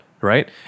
right